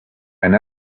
and